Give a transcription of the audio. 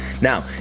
Now